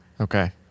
Okay